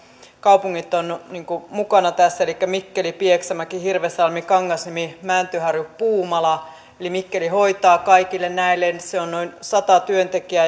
kaupungit ovat mukana tässä elikkä mikkeli pieksämäki hirvensalmi kangasniemi mäntyharju puumala eli mikkeli hoitaa kaikille näille ja se on noin sata työntekijää